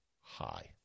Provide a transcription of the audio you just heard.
high